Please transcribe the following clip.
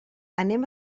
anem